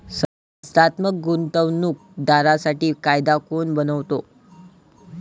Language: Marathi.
संस्थात्मक गुंतवणूक दारांसाठी कायदा कोण बनवतो?